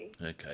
Okay